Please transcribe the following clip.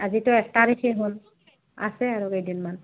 আজিতো এক তাৰিখে হ'ল আছে আৰু কেইদিনমান